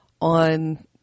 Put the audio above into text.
on